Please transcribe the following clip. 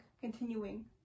continuing